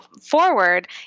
forward